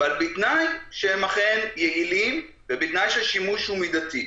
אבל בתנאי שהם אכן יעילים ובתנאי שהשימוש הוא מידתי.